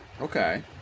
Okay